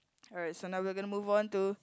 alright so now we're gonna move on to